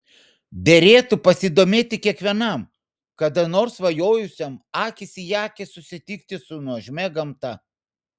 derėtų pasidomėti kiekvienam kada nors svajojusiam akis į akį susitikti su nuožmia gamta